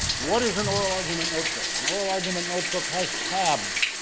what is an oral argument notebook? an oral argument notebook has tabs,